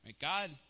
God